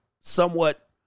somewhat